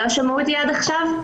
מאחר שהוא לא מסוגל לעמוד לדין מופסקים